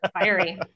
fiery